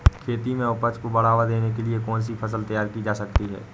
खेती में उपज को बढ़ावा देने के लिए कौन सी फसल तैयार की जा सकती है?